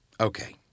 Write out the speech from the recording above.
Okay